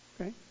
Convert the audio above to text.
Okay